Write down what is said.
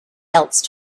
else